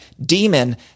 demon